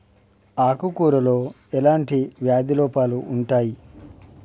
ఆకు కూరలో ఎలాంటి వ్యాధి లోపాలు ఉంటాయి?